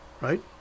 right